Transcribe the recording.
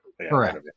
Correct